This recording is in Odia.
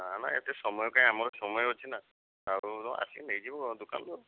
ନା ନା ଏତେ ସମୟ କାହିଁ ଆମର ସମୟ ଅଛି ନା ଆଉ ଆସିକି ନେଇଯିବ ଦୋକନରୁ